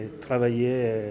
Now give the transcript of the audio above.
travailler